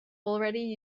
already